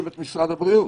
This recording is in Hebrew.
בעלייה,